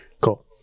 Cool